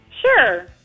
sure